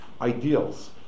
ideals